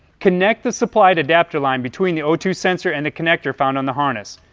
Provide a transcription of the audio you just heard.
connect the supplied adaptor line between the o two sensor and the connector found on the harness.